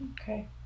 Okay